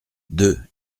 deux